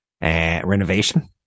renovation